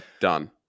done